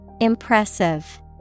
Impressive